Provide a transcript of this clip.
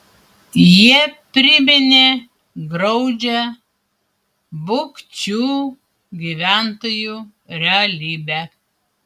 jie priminė graudžią bukčių gyventojų realybę